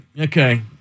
Okay